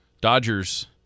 Dodgers